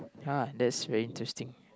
!huh! that's very interesting